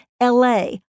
LA